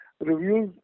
Reviews